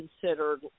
considered